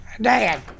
Dad